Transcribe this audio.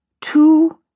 two